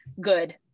good